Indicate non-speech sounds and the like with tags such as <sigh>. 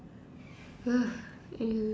<noise>